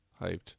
hyped